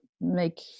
make